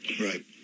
Right